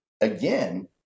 again